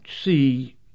see